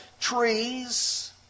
trees